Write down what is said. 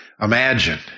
imagine